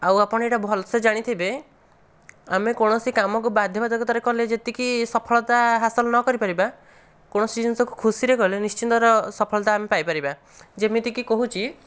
ଆଉ ଆପଣ ଏଇଟା ଭଲ୍ସେ ଜାଣିଥିବେ ଆମେ କୌଣସି କାମ କୁ ବାଧ୍ୟ ବାଧ୍ୟକତା କଲେ ଯେତିକି ସଫଳତା ହାସଲ ହାସଲ ନ କରିପାରିବା କୌଣସି ଜିନିଷ କୁ ଖୁସିରେ କଲେ ନିଶ୍ଚିନ୍ତ ସଫଳତାରେ ପାଇପାରିବା ଯେମିତିକି କହୁଛି